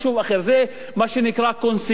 זה מה שנקרא consequential,